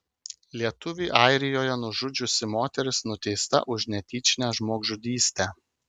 lietuvį airijoje nužudžiusi moteris nuteista už netyčinę žmogžudystę